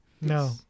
No